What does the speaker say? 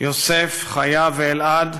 יוסף, חיה ואלעד,